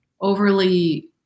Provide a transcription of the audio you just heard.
overly